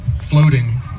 floating